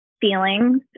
feelings